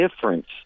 difference